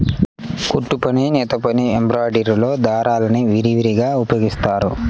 కుట్టుపని, నేతపని, ఎంబ్రాయిడరీలో దారాల్ని విరివిగా ఉపయోగిస్తారు